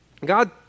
God